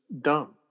dumb